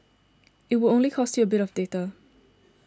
it would only cost you a bit of data